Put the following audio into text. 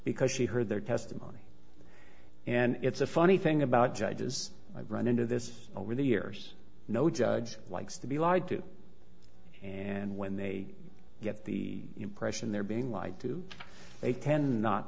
because she heard their testimony and it's a funny thing about judges i've run into this over the years no judge likes to be lied to and when they get the impression they're being lied to they tend not